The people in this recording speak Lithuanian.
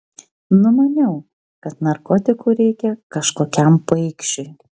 numaniau kad narkotikų reikia kažkokiam paikšiui